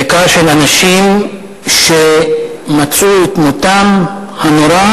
בעיקר של אנשים שמצאו את מותם הנורא